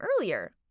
earlier